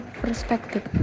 perspective